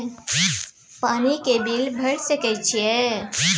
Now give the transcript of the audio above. पानी के बिल भर सके छियै?